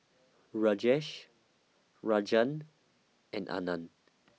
Rajesh Rajan and Anand